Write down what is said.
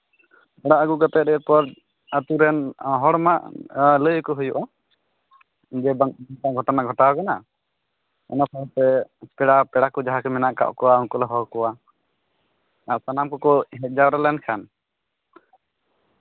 ᱚᱲᱟᱜ ᱟᱹᱜᱩ ᱠᱟᱛᱮᱫ ᱮᱨᱯᱚᱨ ᱟᱹᱛᱩ ᱨᱮᱱ ᱦᱚᱲ ᱢᱟ ᱞᱟᱹᱭᱟᱠᱚ ᱦᱩᱭᱩᱜᱼᱟ ᱡᱮ ᱢᱤᱫᱴᱟᱱ ᱜᱷᱚᱴᱚᱱᱟ ᱜᱷᱚᱴᱟᱣᱟᱠᱟᱱᱟ ᱚᱱᱟ ᱥᱟᱶᱛᱮ ᱯᱮᱲᱟ ᱯᱮᱲᱟ ᱠᱚ ᱡᱟᱦᱟᱸᱭ ᱠᱚ ᱢᱮᱱᱟᱜ ᱠᱟᱜ ᱠᱚᱣᱟ ᱩᱱᱠᱩ ᱞᱮ ᱦᱚᱦᱚᱣᱟᱠᱚᱣᱟ ᱟᱨ ᱥᱟᱱᱟᱢ ᱠᱚᱠᱚ ᱦᱮᱡ ᱡᱟᱣᱨᱟ ᱞᱮᱱᱠᱷᱟᱱ